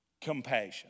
Compassion